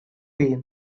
tea